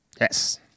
Yes